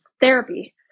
therapy